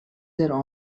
their